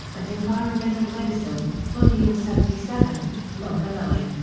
and environmental medicine, volume seventy seven, number nine,